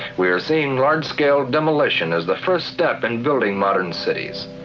we're seeing large scale demolition as the first step in building modern cities.